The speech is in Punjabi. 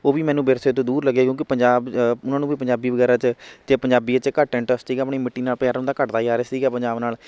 ਉਹ ਵੀ ਮੈਨੂੰ ਵਿਰਸੇ ਤੋਂ ਦੂਰ ਲੱਗੇ ਕਿਉਂਕਿ ਪੰਜਾਬ ਉਹਨਾਂ ਨੂੰ ਵੀ ਪੰਜਾਬੀ ਵਗੈਰਾ 'ਚ ਅਤੇ ਪੰਜਾਬੀਆਂ 'ਚ ਘੱਟ ਇੰਟਰਸਟ ਸੀਗਾ ਆਪਣੀ ਮਿੱਟੀ ਨਾਲ਼ ਪਿਆਰ ਉਹਨਾਂ ਦਾ ਘੱਟਦਾ ਜਾ ਰਿਹਾ ਸੀਗਾ ਪੰਜਾਬ ਨਾਲ਼